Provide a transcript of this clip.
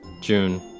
June